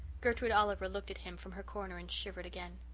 gertrude oliver looked at him from her corner and shivered again.